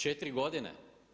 4 godine?